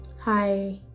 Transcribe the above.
Hi